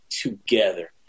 together